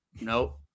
Nope